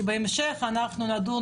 כי בהמשך אנחנו נדון